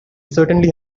certainly